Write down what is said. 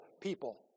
people